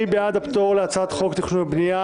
מי בעד הפטור להצעת חוק תכנון ובנייה?